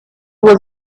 was